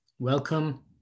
Welcome